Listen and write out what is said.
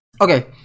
Okay